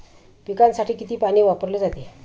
पिकांसाठी किती पाणी वापरले जाते?